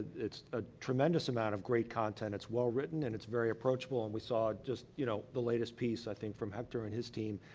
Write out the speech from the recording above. it's a tremendous amount of great content. it's well written, and it's very approachable, and we saw, just, you know, the latest piece, i think, from hector and his team.